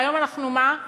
והיום אנחנו מה?